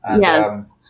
Yes